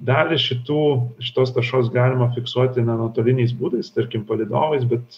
dalį šitų šitos taršos galima fiksuoti na nuotoliniais būdais tarkim palydovais bet